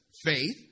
faith